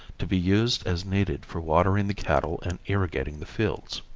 to be used as needed for watering the cattle and irrigating the fields.